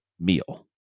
meal